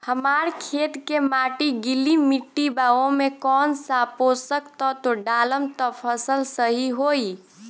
हमार खेत के माटी गीली मिट्टी बा ओमे कौन सा पोशक तत्व डालम त फसल सही होई?